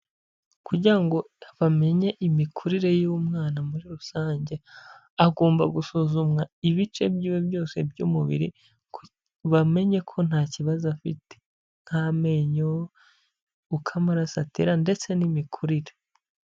Kugira ngo bamenye imikurire y'umwana muri rusange, agomba gusuzumwa ibice byiwe byose by'umubiri ku bamenye ko nta kibazo afite, nk'amenyo, uko amaraso atera, ndetse n'imikurire.